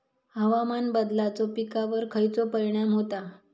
हवामान बदलाचो पिकावर खयचो परिणाम होता?